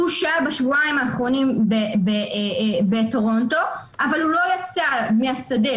הוא שהה בשבועיים האחרונים בטורונטו אבל הוא לא יצא מהשדה,